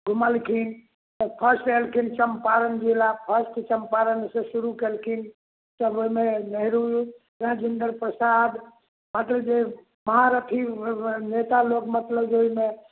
घुमलखिन तऽ फर्स्ट एलखिन चम्पारण जिला फर्स्ट चम्पारणसँ शुरू कयलखिन तब ओहिमे नेहरू राजिन्दर प्रसाद मतलब जे महारथी नेता लोग जे मतलब जे ओहिमे